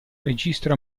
registra